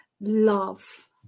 love